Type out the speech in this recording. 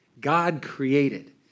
God-created